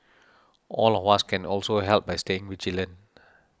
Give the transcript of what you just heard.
all of us can also help by staying vigilant